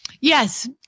Yes